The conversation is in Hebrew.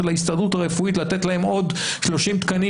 לתת להסתדרות הרפואית עוד 30 תקנים